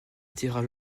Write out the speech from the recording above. tirage